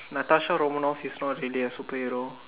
Natasha Romanoff is not really a superhero